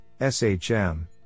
SHM